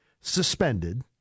suspended